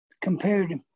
compared